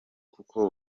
kuko